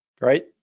Right